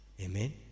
Amen